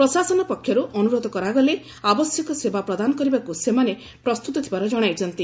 ପ୍ରଶାସନ ପକ୍ଷରୁ ଅନୁରୋଧ କରାଗଲେ ଆବଶ୍ୟକ ସେବା ପ୍ରଦାନ କରିବାକୁ ସେମାନେ ପ୍ରସ୍ତୁତ ଥିବାର ଜଣାଇଛନ୍ତି